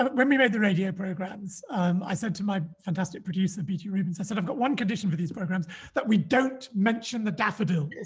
um when we made the radio programmes um i said to my fantastic producer b. t. reubens i said i've got one condition for these programs that we don't mention the daffodils